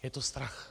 Je to strach.